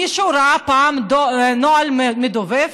מישהו ראה פעם נוהל מדובב?